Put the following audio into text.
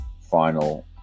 final